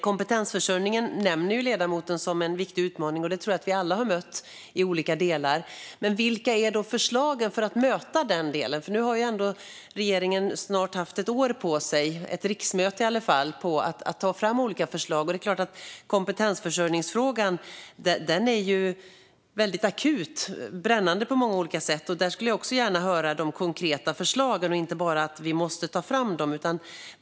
Kompetensförsörjningen nämner ledamoten som en viktig utmaning. Den tror jag att vi alla har mött i olika delar. Men vilka är då förslagen för att möta den? Regeringen har ändå haft snart ett år på sig, ett riksmöte i alla fall, att ta fram olika förslag. Och kompetensförsörjningsfrågan är ju väldigt akut och brännande på många olika sätt. Där skulle jag också gärna höra de konkreta förslagen och inte bara att ni måste ta fram dem.